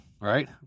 Right